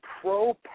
pro